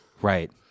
right